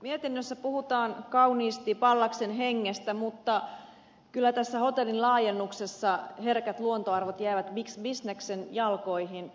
mietinnössä puhutaan kauniisti pallaksen hengestä mutta kyllä tässä hotellin laajennuksessa herkät luontoarvot jäävät bisneksen jalkoihin